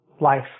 life